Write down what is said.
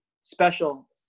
special